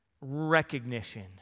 recognition